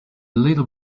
little